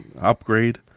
upgrade